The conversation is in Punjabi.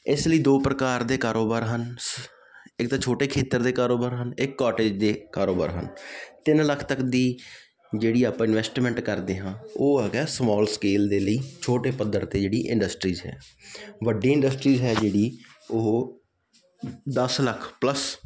ਇਸ ਲਈ ਦੋ ਪ੍ਰਕਾਰ ਦੇ ਕਾਰੋਬਾਰ ਹਨ ਸ ਇੱਕ ਤਾਂ ਛੋਟੇ ਖੇਤਰ ਦੇ ਕਾਰੋਬਾਰ ਹਨ ਇੱਕ ਕੋਟਏਜ ਦੇ ਕਾਰੋਬਾਰ ਹਨ ਤਿੰਨ ਲੱਖ ਤੱਕ ਦੀ ਜਿਹੜੀ ਆਪਾਂ ਇਨਵੈਸਟਮੈਂਟ ਕਰਦੇ ਹਾਂ ਉਹ ਹੈਗਾ ਸਮਾਲ ਸਕੇਲ ਦੇ ਲਈ ਛੋਟੇ ਪੱਧਰ 'ਤੇ ਜਿਹੜੀ ਇੰਡਸਟਰੀਸ ਹੈ ਵੱਡੀ ਇੰਡਸਟਰੀਜ ਹੈ ਜਿਹੜੀ ਉਹ ਦਸ ਲੱਖ ਪਲੱਸ